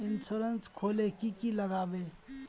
Insurance खोले की की लगाबे?